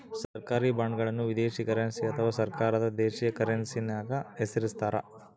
ಸರ್ಕಾರಿ ಬಾಂಡ್ಗಳನ್ನು ವಿದೇಶಿ ಕರೆನ್ಸಿ ಅಥವಾ ಸರ್ಕಾರದ ದೇಶೀಯ ಕರೆನ್ಸ್ಯಾಗ ಹೆಸರಿಸ್ತಾರ